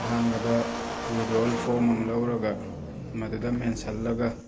ꯑꯍꯥꯟꯕꯗ withdrawal form ꯑꯃ ꯂꯧꯔꯒ ꯃꯗꯨꯗ ꯃꯦꯟꯁꯜꯂꯒ